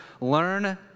learn